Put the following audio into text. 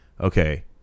Okay